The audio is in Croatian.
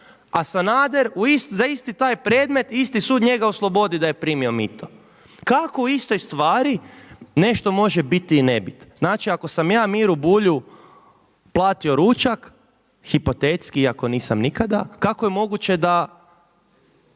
a Sanader za isti taj predmet, isti sud njega oslobodi da je primio mito. Kako u istoj stvari nešto može biti ili ne bit? Znači ako sam ja Miri Bulju platio ručak, hipotetski iako nisam nikada, kako je moguće da